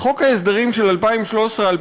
בחוק ההסדרים של 2013 2014,